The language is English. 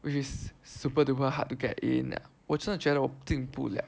which is super duper hard to get in 我真的觉得我进不了